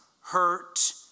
hurt